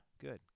Good